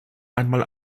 einmal